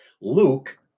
Luke